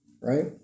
right